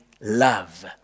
love